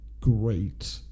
great